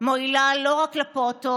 מועילה לא רק לפעוטות,